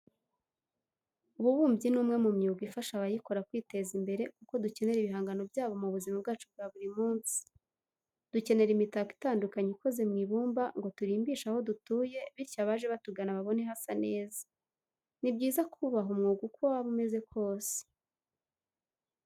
Ububumbyi ni umwe mu myuga ifasha abayikora kwiteza imbere kuko dukenera ibihangano byabo mu buzima bwacu bwa buri munsi. Dukenera imitako itandukanye ikoze mu ibumba ngo turimbishe aho dutuye bityo abaje batugana babone hasa neza. Ni byiza kubaha umwuga uko waba umeze kose.